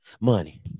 money